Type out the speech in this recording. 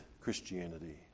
Christianity